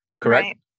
Correct